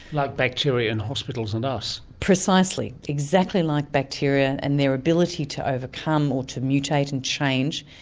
like bacteria in hospitals and us. precisely, exactly like bacteria and their ability to overcome or to mutate and change,